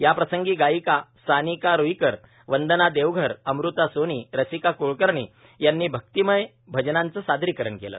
याप्रसंगी गायिका सानिका रुईकर वंदना देवघर अमृता सोनी रसिका क्लकर्णी यांनी भक्तिमय भजनांचं सादरीकरण केलं